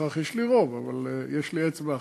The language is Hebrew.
בהכרח יש לי רוב, יש לי אצבע אחת.